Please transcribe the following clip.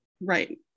Right